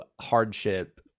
hardship